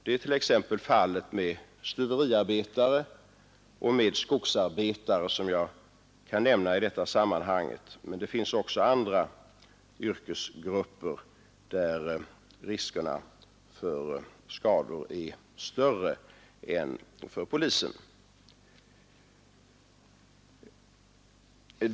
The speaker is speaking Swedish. Så är t.ex. fallet med stuveriarbetare och skogsarbetare, men det finns också andra yrkesgrupper, där riskerna för skador är betydligt större än för polisen.